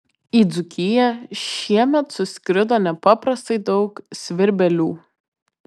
į dzūkiją šiemet suskrido nepaprastai daug svirbelių